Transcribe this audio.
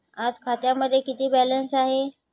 आज खात्यामध्ये किती बॅलन्स आहे?